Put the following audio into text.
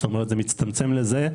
כלומר זה מצטמצם לזה.